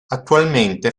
attualmente